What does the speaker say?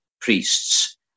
priests